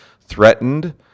threatened